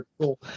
cool